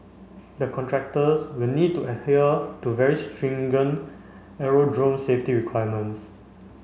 the contractors will need to adhere to very stringent aerodrome safety requirements